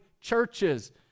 churches